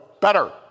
better